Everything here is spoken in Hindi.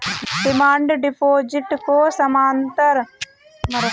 डिमांड डिपॉजिट को सामान्यतः संकीर्ण रुप से परिभाषित मुद्रा आपूर्ति का भाग माना जाता है